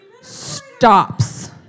stops